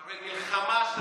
אחרי מלחמה שלנו.